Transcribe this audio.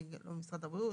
לא ממשרד הבריאות,